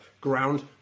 ground